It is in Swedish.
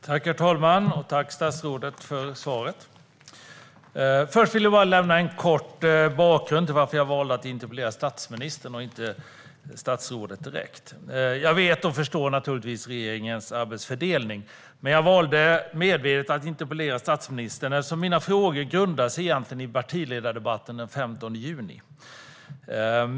Herr talman! Tack, statsrådet, för svaret! Först vill jag bara ge en kort bakgrund till att jag valde att interpellera statsministern och inte statsrådet direkt. Jag förstår naturligtvis regeringens arbetsfördelning, men jag valde medvetet att interpellera statsministern eftersom mina frågor egentligen grundar sig på partiledardebatten den 15 juni.